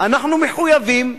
אנחנו מחויבים,